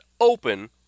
open